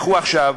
לכו עכשיו,